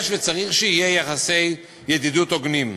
יש וצריך שיהיו יחסי ידידות הוגנים.